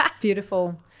Beautiful